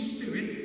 Spirit